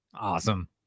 Awesome